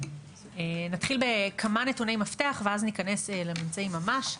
נתחיל בכמה נתוני מפתח ואז ניכנס לממצאים ממש.